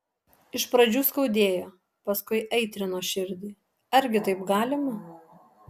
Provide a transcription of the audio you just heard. iš pradžių skaudėjo paskui aitrino širdį argi taip galima